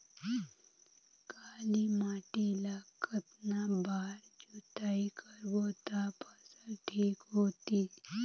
काली माटी ला कतना बार जुताई करबो ता फसल ठीक होती?